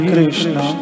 Krishna